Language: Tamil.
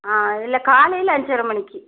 ஆ இல்லை காலையில் அஞ்சரை மணிக்கு